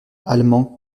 allemand